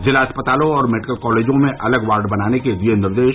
जिला अस्पतालों और मेडिकल कॉलेजों में अलग वार्ड बनाने के दिए निर्देश